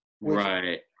right